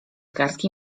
kartki